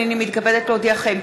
הנני מתכבדת להודיעכם,